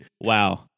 Wow